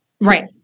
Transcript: Right